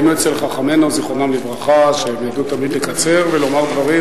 ראינו אצל חכמינו זיכרונם לברכה שהם ידעו תמיד לקצר ולומר דברים